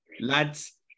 lads